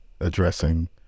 addressing